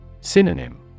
Synonym